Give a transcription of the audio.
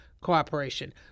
cooperation